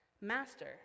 Master